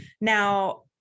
Now